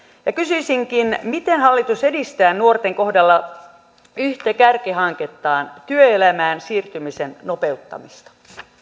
kysyisinkin miten hallitus edistää nuorten kohdalla yhtä kärkihankettaan työelämään siirtymisen nopeuttamista